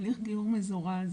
הליך גיור מזורז,